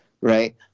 right